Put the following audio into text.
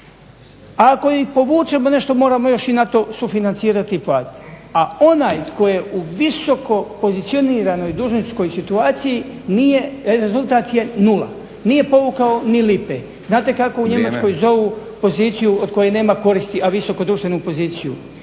ako ih povučemo nešto moramo još i na to sufinancirati i platiti. A onaj tko je u visoko pozicioniranoj dužničkoj situaciji nije, rezultat je nula. Nije povukao ni lipe. Znate kako u Njemačkoj zovu poziciju od koje nema koristi, a visoku društvenu poziciju?